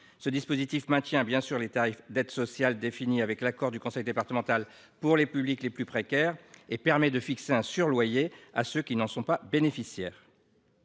Ce dispositif maintient bien sûr les tarifs d’aide sociale définis avec l’accord du conseil départemental pour les publics les plus précaires et permet de fixer un surloyer pour ceux qui n’en sont pas bénéficiaires.